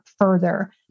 further